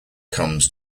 comes